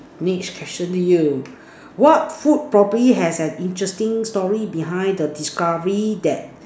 next question to you what food probably has an interesting story behind the discovery that